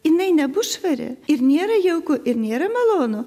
jinai nebus švari ir nėra jauku ir nėra malonu